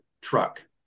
truck